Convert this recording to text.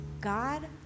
God